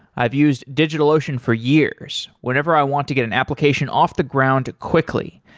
i've used digitalocean for years whenever i want to get an application off the ground quickly,